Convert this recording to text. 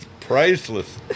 Priceless